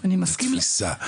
תפיסה,